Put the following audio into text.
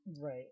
Right